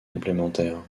complémentaires